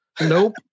nope